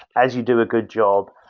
as you do a good job,